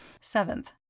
Seventh